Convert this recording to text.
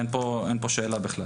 אין פה שאלה בכלל.